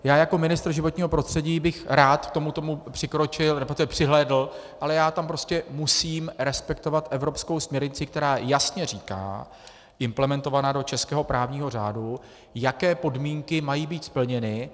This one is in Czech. Já jako ministr životního prostředí bych rád k tomuto přikročil, resp. přihlédl, ale já tam prostě musím respektovat evropskou směrnici, která jasně říká, implementovaná do českého právního řadu, jaké podmínky mají být splněny.